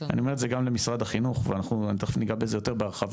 אני אומר את זה גם למשרד החינוך ואנחנו תיכף ניגע בזה יותר בהרחבה,